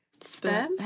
sperm